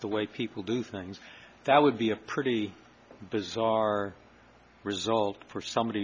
the way people do things that would be a pretty bizarre result for somebody